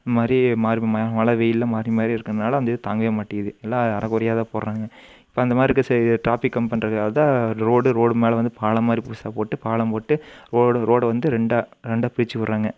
இந்த மாதிரி மாறி ம மழை வெயில்லாம் மாறி மாறி இருக்கறதுனால அந்த இது தாங்கவே மாட்டேங்குது எல்லாம் அரைகுறையாக தான் போடுறாங்க இப்போ அந்த மாதிரி இருக்கிற சைடு டாப்பிக் கம்மி பண்ணுறதுக்காக தான் ரோடு ரோடு மேலே வந்து பாலம் மாதிரி புதுசாக போட்டு பாலம் போட்டு ரோடு ரோட்ட வந்து ரெண்டாக ரெண்டாக பிரித்து விட்றாங்க